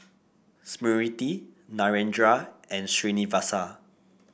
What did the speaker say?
Smriti Narendra and Srinivasa